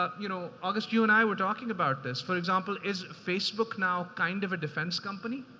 ah you know, august, you and i were talking about this. for example, is facebook now kind of a defense company?